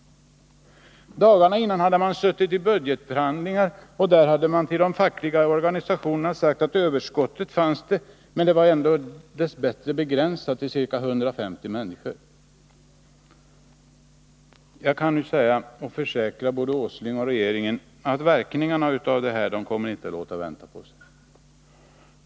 Dagarna innan hade man suttit i budgetförhandlingar och sagt till de fackliga organisationerna att det visserligen fanns ett personalöverskott men att det dess bättre var begränsat till ca 150 människor. Jag kan försäkra herr Åsling och regeringens övriga ledamöter att verkningarna inte kommer att låta vänta på sig.